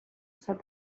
said